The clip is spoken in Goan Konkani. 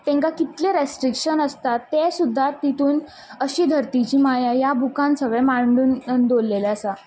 तेंकां कितलें रेस्ट्रिकशन आसता तें सुद्दां तितून अशी धरतीची माया ह्या बुकान सगळें मांडून दवरलेलें आसा